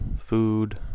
food